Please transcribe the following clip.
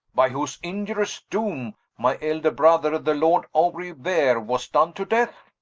by whose iniurious doome my elder brother, the lord aubrey vere was done to death?